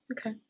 Okay